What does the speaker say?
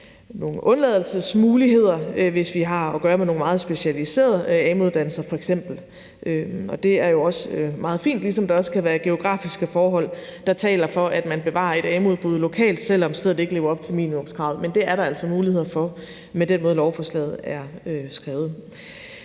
nogle undtagelsesmuligheder, hvis vi har at gøre med f.eks. nogle meget specialiserede amu-kurser – det er jo også meget fint – ligesom der også kan være geografiske forhold, der taler for, at man bevarer et amu-udbud lokalt, selv om stedet ikke lever op til minimumskravet. Men det er der altså muligheder for med den måde, lovforslaget er skrevet